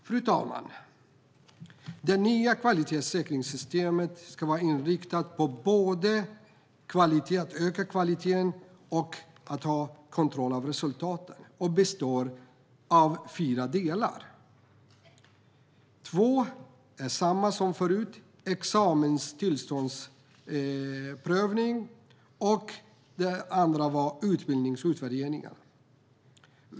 Fru talman! Det nya kvalitetssäkringssystemet ska vara inriktat på både att öka kvaliteten och att ha kontroll över resultaten, och det består av fyra delar. Två är samma som förut: examenstillståndsprövning och utbildningsutvärderingar.